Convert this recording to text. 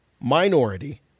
minority